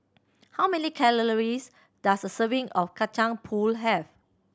how many calories does a serving of Kacang Pool have